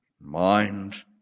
mind